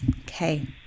Okay